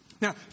Now